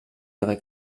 ihre